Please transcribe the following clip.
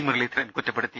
മുരളീധരൻ കുറ്റപ്പെടുത്തി